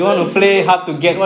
if you